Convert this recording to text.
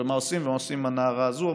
מה עושים עם הנערה הזאת?